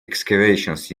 excavations